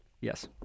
Yes